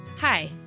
Hi